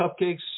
cupcakes